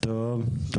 מה שהלשכה המשפטית אומרת.